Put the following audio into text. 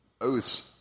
oaths